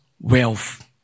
wealth